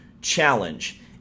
challenge